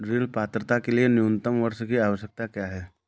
ऋण पात्रता के लिए न्यूनतम वर्ष की आवश्यकता क्या है?